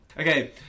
Okay